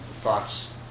thoughts